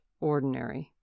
ordinary